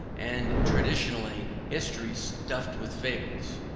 and traditionary history stuffed with fables,